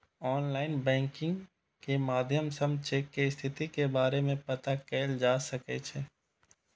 online banking के माध्यम सं चेक के स्थिति के बारे मे पता कैल जा सकै छै